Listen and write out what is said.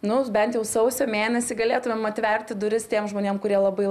nu bent jau sausio mėnesį galėtum atverti duris tiems žmonėms kurie labai